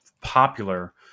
popular